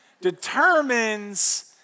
determines